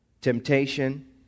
Temptation